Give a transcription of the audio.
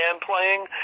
playing